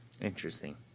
Interesting